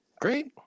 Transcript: Great